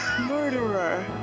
Murderer